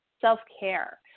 self-care